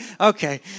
Okay